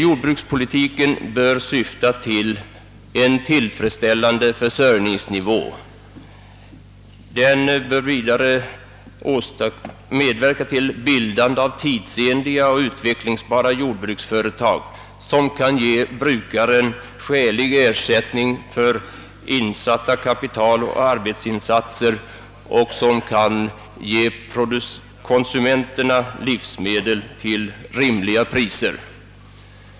Jordbrukspolitiken bör syfta till en tillfredsställande försörjningsnivå och bör vidare medverka till bildandet av tidsenliga och utvecklingsbara jordbruksföretag, som kan ge brukaren skälig ersättning för nedlagt kapital och arbetsinsats och som också kan ge konsumenterna livsmedel till rimliga priser.